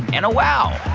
and a wow!